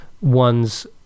ones